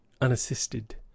unassisted